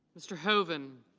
mr. hoven.